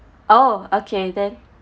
oh okay then